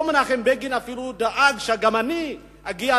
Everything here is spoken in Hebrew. אותו מנחם בגין אפילו דאג שגם אני אגיע